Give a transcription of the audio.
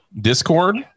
Discord